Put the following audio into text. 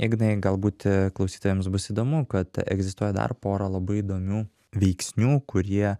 ignai galbūt klausytojams bus įdomu kad egzistuoja dar porą labai įdomių veiksnių kurie